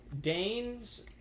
Dane's